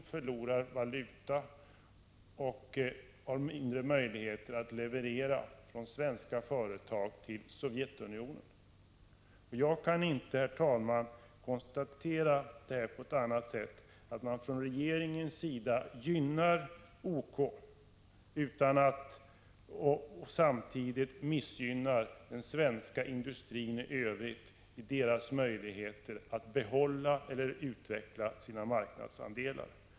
Dessutom får svenska företag mindre möjligheter att leverera till Sovjetunionen. Herr talman! Såvitt jag förstår gynnar regeringen OK samtidigt som den missgynnar den svenska industrin i övrigt när det gäller den svenska industrins möjligheter att behålla eller öka marknadsandelarna.